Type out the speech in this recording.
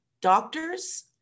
doctors